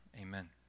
amen